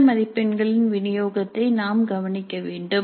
இந்த மதிப்பெண்களின் விநியோகத்தை நாம் கவனிக்க வேண்டும்